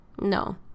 No